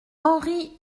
henri